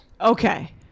Okay